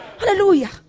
Hallelujah